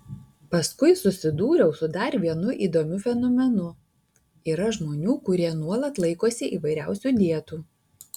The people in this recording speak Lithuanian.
paskui susidūriau su dar vienu įdomiu fenomenu yra žmonių kurie nuolat laikosi įvairiausių dietų